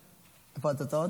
התוצאות?